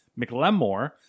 McLemore